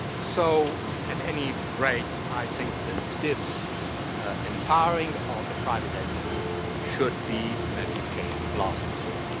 so at any rate, i think that this ah empowering of a private entity should be an adjudication of last resort.